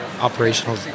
operational